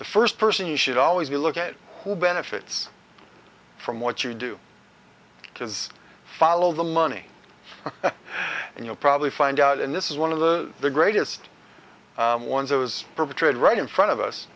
the first person you should always be look at who benefits from what you do is follow the money and you'll probably find out and this is one of the the greatest ones i was perpetrated right in front of us